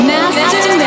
Master